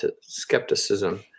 skepticism